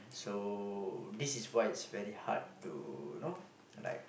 so this is why it's very hard to know like